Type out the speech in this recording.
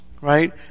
Right